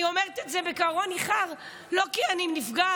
אני אומרת זה בגרון ניחר לא כי אני נפגעת,